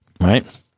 right